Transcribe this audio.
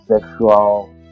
sexual